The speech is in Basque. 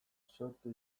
sortu